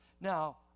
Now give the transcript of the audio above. Now